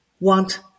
want